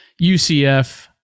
UCF